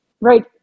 Right